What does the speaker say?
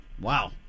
wow